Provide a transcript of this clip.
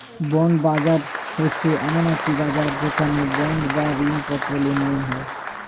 bond বাজার হচ্ছে এমন একটি বাজার যেখানে বন্ড বা ঋণপত্র লেনদেন হয়